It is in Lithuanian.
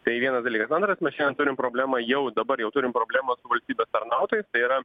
tai viena dalykas antras mes šiandien turim problemą jau dabar jau turim problemą su valstybės tarnautojais yra